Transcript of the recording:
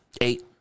Eight